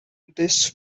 this